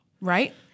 Right